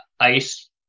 ice